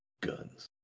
Guns